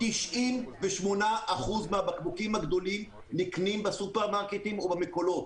אלא 98% מהבקבוקים הגדולים נקנים בסופרמרקטים ובמכולות.